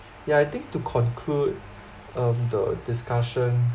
yeah I think to conclude um the discussion